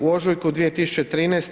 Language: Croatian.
U ožujku 2013.